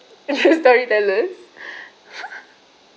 story tellers